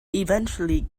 eventually